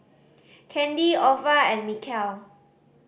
Kandy Ova and Mikel